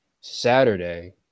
Saturday